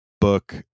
book